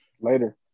Later